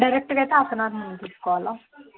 డైరెక్ట్గా అయితే half an hour ముందు తీసుకోవాల